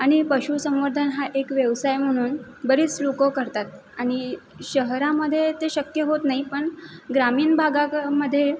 आणि पशुसंवर्धन हा एक व्यवसाय म्हणून बरेच लोकं करतात आणि शहरामधे ते शक्य होत नाही पण ग्रामीण भागामधे